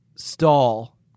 stall